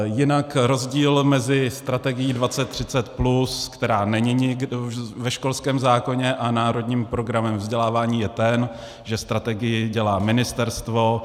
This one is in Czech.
Jinak rozdíl mezi Strategií 2030+, která není ve školském zákoně, a národním programem vzdělávání je ten, že strategii dělá ministerstvo.